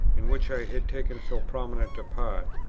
in which i had taken so prominent a part.